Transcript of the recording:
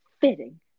fitting